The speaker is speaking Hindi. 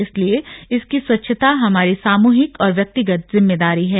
इसलिए इसकी स्वच्छता हमारी सामूहिक और व्यक्तिगत जिम्मेदारी है